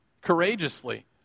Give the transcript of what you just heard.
courageously